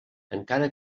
encara